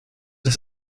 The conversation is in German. das